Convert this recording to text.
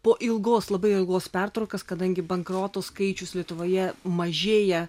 po ilgos labai ilgos pertraukos kadangi bankrotų skaičius lietuvoje mažėja